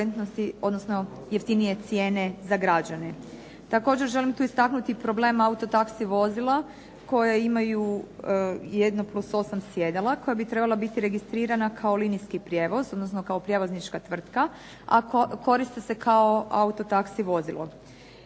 odnosno jeftinije cijene za građane. Također želim tu istaknuti problem autotaksi vozila koje imaju jedno plus osam sjedala, koja bi trebala biti registrirana kao linijski prijevoz, odnosno kao prijevoznička tvrtka, a koriste se kao autotaksi vozilo.